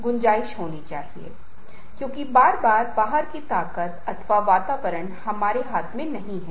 वे करेंगे वे इस तरह से बोलते हैं कि लोग बहुत उत्साही और ऊर्जावान महसूस करते हैं